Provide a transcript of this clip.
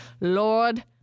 Lord